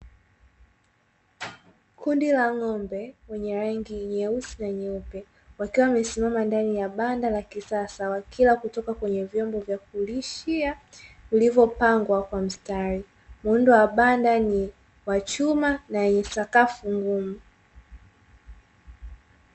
Kundi la ng’ombe wenye rangi nyeusi na nyeupe, wakiwa wamesimama ndani ya banda la kisasa wakila kutoka kwenye vyombo vya kulishia vilivyo pangwa kwa mstari. Muundo wa banda ni wa chuma na yenye sakafu ngumu.